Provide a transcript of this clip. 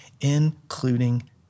including